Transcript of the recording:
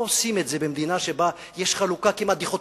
לא עושים את זה במדינה שבה יש חלוקה כמעט דיכוטומית.